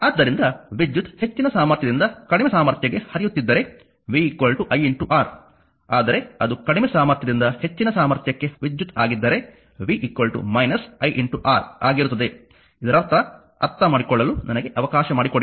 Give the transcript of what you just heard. ಆದ್ದರಿಂದ ವಿದ್ಯುತ್ ಹೆಚ್ಚಿನ ಸಾಮರ್ಥ್ಯದಿಂದ ಕಡಿಮೆ ಸಾಮರ್ಥ್ಯಗೆ ಹರಿಯುತ್ತಿದ್ದರೆ v iR ಆದರೆ ಅದು ಕಡಿಮೆ ಸಾಮರ್ಥ್ಯದಿಂದ ಹೆಚ್ಚಿನ ಸಾಮರ್ಥ್ಯಕ್ಕೆ ವಿದ್ಯುತ್ ಆಗಿದ್ದರೆ v iR ಆಗಿರುತ್ತದೆ ಇದರರ್ಥ ಅರ್ಥಮಾಡಿಕೊಳ್ಳಲು ನನಗೆ ಅವಕಾಶ ಮಾಡಿಕೊಡಿ